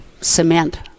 cement